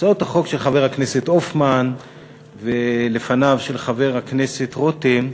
הצעות החוק של חבר הכנסת הופמן ושל חבר הכנסת רותם לפניו,